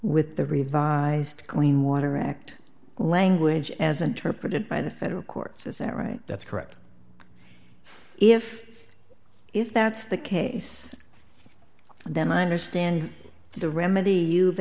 with the revised clean water act language as interpreted by the federal courts is that right that's correct if if that's the case then i understand the remedy you've